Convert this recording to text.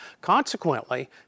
Consequently